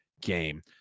game